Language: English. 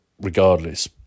regardless